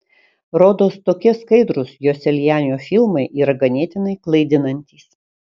rodos tokie skaidrūs joselianio filmai yra ganėtinai klaidinantys